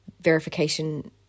verification